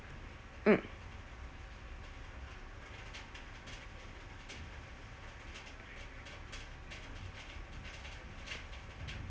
mm